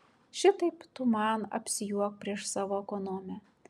šitaip tu man apsijuok prieš savo ekonomę